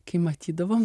kai matydavom